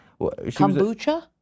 Kombucha